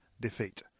defeat